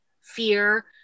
fear